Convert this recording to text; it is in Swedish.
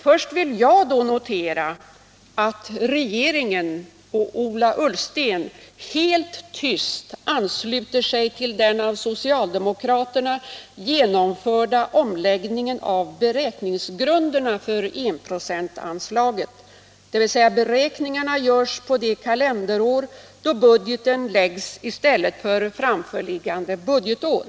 Först vill jag då notera att regeringen och Ola Ullsten helt tyst ansluter sig till den av socialdemokraterna genomförda omläggningen av beräkningsgrunderna för enprocentsanslaget, dvs. beräkningarna görs på det kalenderår då budgeten läggs i stället för framförliggande budgetår.